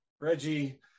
Reggie